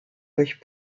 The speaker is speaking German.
durch